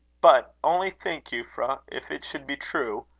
but only think, euphra, if it should be true!